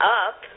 up